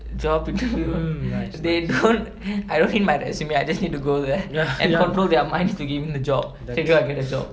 job interview they don't I don't mean by the same way I just need to go there and control their minds to give me the job so that I get the job